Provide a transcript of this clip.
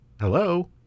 hello